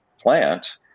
plant